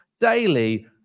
daily